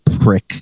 prick